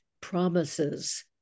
promises